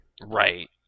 Right